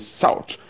south